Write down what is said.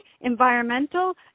environmental